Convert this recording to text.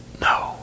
no